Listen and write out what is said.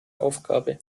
aufgabe